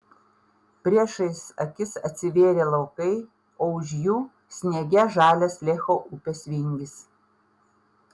priešais akis atsivėrė laukai o už jų sniege žalias lecho upės vingis